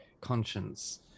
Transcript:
conscience